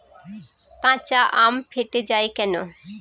কাঁচা আম ফেটে য়ায় কেন?